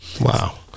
Wow